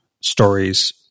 stories